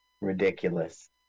Ridiculous